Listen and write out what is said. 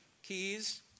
keys